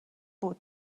بود